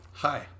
Hi